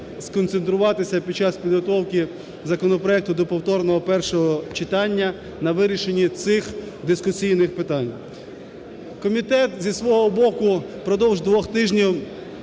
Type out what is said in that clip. сконцентруватися під час підготовки законопроекту до повторного першого читання на вирішенні цих дискусійних питань. Комітет зі свого боку впродовж двох тижнів